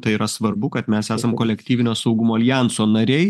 tai yra svarbu kad mes esam kolektyvinio saugumo aljanso nariai